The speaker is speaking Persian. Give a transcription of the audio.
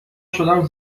شدم